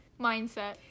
Mindset